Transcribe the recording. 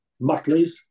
Muttleys